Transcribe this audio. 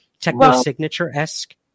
Techno-signature-esque